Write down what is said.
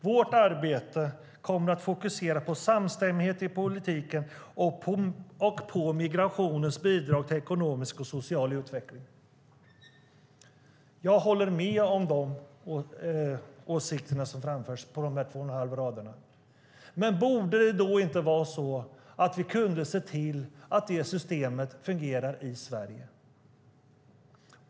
Vårt arbete kommer att fokusera på samstämmighet i politiken och på migrationens bidrag till ekonomisk och social utveckling." Jag håller med om de åsikter som framförs på dessa rader. Men borde det då inte vara så att vi kunde se till att det systemet fungerar i Sverige?